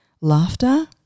laughter